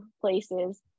places